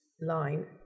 line